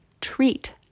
treat